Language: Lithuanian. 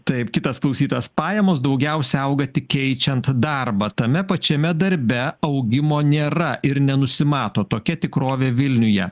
taip kitas klausytojas pajamos daugiausia auga tik keičiant darbą tame pačiame darbe augimo nėra ir nenusimato tokia tikrovė vilniuje